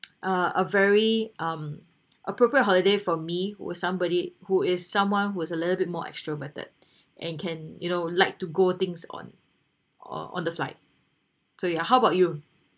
a a very um appropriate holiday for me was somebody who is someone who's a little bit more extroverted and can you know like to go things on or on the flight so ya how about you